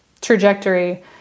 trajectory